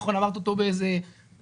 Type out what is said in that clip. אמרת אותו בהבלעה,